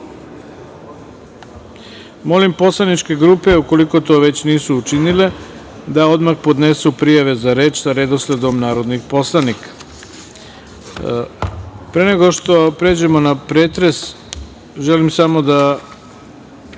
poslaničke grupe, ukoliko to već nisu učinile, da odmah podnesu prijave za reč sa redosledom narodnih poslanika. Pre nego što pređemo na pretres, želim samo da